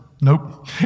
nope